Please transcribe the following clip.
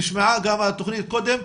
נשמעה גם התכנית קודם,